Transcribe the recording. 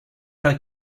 pas